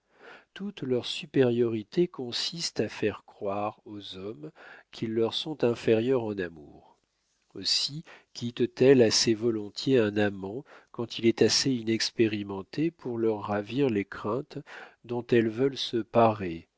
toute leur supériorité consiste à faire croire aux hommes qu'ils leur sont inférieurs en amour aussi quittent elles assez volontiers un amant quand il est assez inexpérimenté pour leur ravir les craintes dont elles veulent se parer